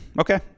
okay